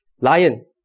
Lion